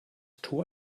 tor